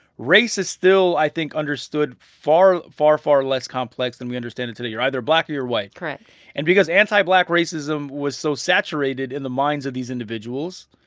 race is still, i think, understood far, far, far less complex than we understand it today. you're either black or you're white correct and because anti-black racism was so saturated in the minds of these individuals,